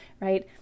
right